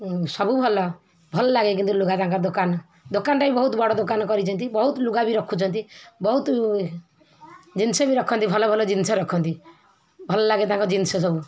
ସବୁ ଭଲ ଭଲ ଲାଗେ କିନ୍ତୁ ଲୁଗା ତାଙ୍କ ଦୋକାନ ଦୋକାନଟା ବି ବହୁତ ବଡ଼ ଦୋକାନ କରିଛନ୍ତି ବହୁତ ଲୁଗା ବି ରଖୁଚନ୍ତି ବହୁତ ଜିନିଷ ବି ରଖନ୍ତି ଭଲ ଭଲ ଜିନିଷ ରଖନ୍ତି ଭଲ ଲାଗେ ତାଙ୍କ ଜିନିଷ ସବୁ